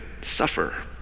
suffer